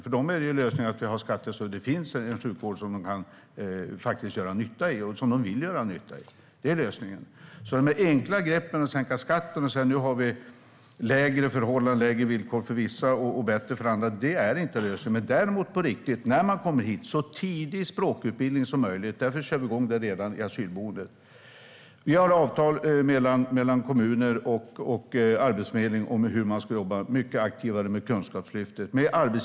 För dem är lösningen att vi har skatter så att det finns en sjukvård där de kan göra nytta, för de vill göra nytta. Det är lösningen. Några enkla grepp, som att sänka skatten och ha sämre förhållanden och villkor för vissa och bättre för andra, är inte lösningen. Däremot ska man när man kommer få språkutbildning så tidigt som möjligt. Därför kör vi igång med det redan i asylboendet. Vi har avtal mellan kommuner och Arbetsförmedlingen om hur de tillsammans med arbetsgivarorganisationerna ska jobba mycket aktivare med Kunskapslyftet. De vill göra det.